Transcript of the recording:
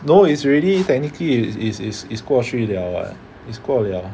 no it's already technically it's it's it's it's 过去 liao [what] it's 过 liao